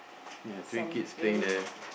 ya three kids playing there